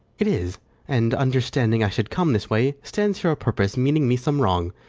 it is and, understanding i should come this way, stands here o' purpose, meaning me some wrong,